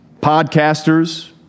podcasters